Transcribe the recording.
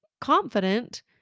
confident